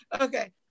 okay